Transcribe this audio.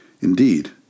Indeed